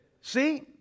see